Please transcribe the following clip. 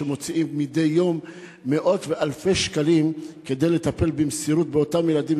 שמוציאות מדי יום מאות ואלפי שקלים כדי לטפל במסירות באותם ילדים.